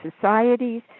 societies